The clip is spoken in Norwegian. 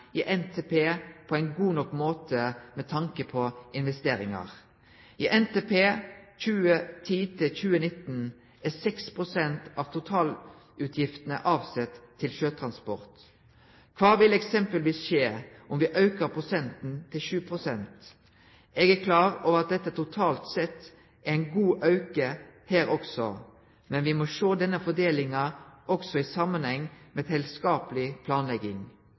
i NTP på ein god nok måte med tanke på investeringar. I NTP 2010–2019 er 6 pst. av totalutgiftene avsett til sjøtransport. Kva vil eksempelvis skje om me aukar prosenten til 7? Eg er klar over at det totalt sett er ein god auke her også, men me må sjå denne fordelinga også i samanheng med ei heilskapleg planlegging.